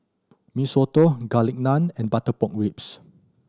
Mee Soto Garlic Naan and butter pork ribs